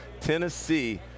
Tennessee